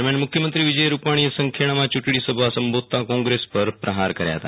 દરમ્યા મુખ્યમંત્રી વિજય રૂપાણીએ સંખેડામાં યું જ્ઞીસભા સંબોધતા ક્રોંગ્રેસ પર પ્રહાર કર્યા હતા